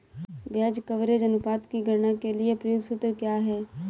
ब्याज कवरेज अनुपात की गणना के लिए प्रयुक्त सूत्र क्या है?